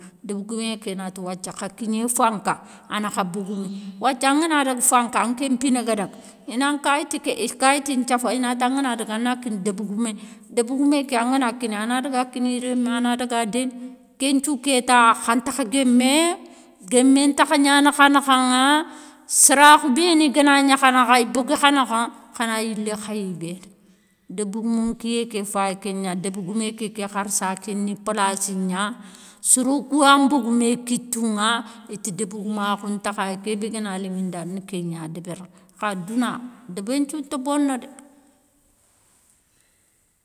Débégoumé ké nati wathia, kha kigné fanka, ana kha bogoumé. Wathia angana daga fanka anké mpina ga daga, ina nkayti ké kayiti nthiafa inata ngana daga ana kini débgoumé, débégoumé ké angana kinéy, ana daga kini rémé, ana daga déni kénthiou kéta khan ntakha guémé, guémé ntakha gnana kha nakhanŋa, sarakhou béni ganagni kha nakha, ibogou kha nakha, khana yilé khayiguéta, débégoumou nkiyé ké fay kén gna, débégoumé kéké kharssa aké ni plassi gna, sorokouwa mbogou mé kitounŋa, iti débégoumakhou ntakha yéy, kébé gana linŋi nda ni kégna débérini, kha douna, débé nthiou nta bono dé.